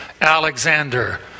Alexander